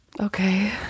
okay